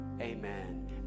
Amen